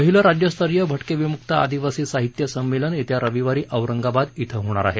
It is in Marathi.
पहिलं राज्यस्तरीय भटके विमुक्त आदीवासी साहित्य संमेलन येत्या रविवारी औरंगाबाद ॐ होणार आहे